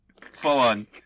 full-on